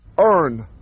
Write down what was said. earn